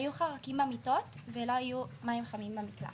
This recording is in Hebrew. היו חרקים במיטות ולא היו מים חמים במקלחת.